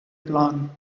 plan